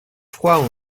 froid